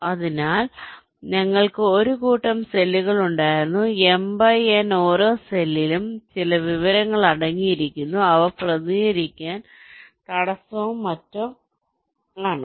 അതിനാൽ ഞങ്ങൾക്ക് ഒരു കൂട്ടം സെല്ലുകൾ ഉണ്ടായിരുന്നു m by n ഓരോ സെല്ലിലും ചില വിവരങ്ങൾ അടങ്ങിയിരിക്കുന്നു അവ പ്രതിനിധീകരിക്കുന്നത് തടസ്സമോ മറ്റോ ആണ്